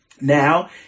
now